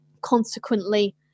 consequently